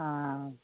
ஆ ஆ